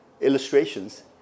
illustrations